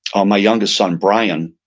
um my youngest son, brian,